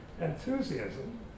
enthusiasm